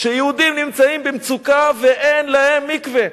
שיהודים נמצאים במצוקה ואין להם מקווה.